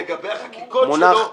יש לו העדפה לגבי החקיקות שלו,